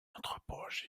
anthropologie